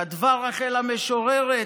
כתבה רחל המשוררת: